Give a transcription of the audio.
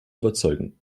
überzeugen